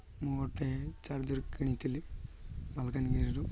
ମୁଁ ଗୋଟେ ଚାର୍ଜର୍ କିଣିଥିଲି ମାଲକାନଗିରିରୁ